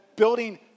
building